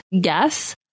guess